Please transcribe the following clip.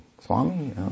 Swami